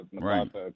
right